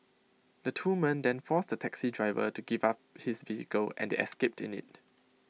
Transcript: the two men then forced A taxi driver to give up his vehicle and they escaped in IT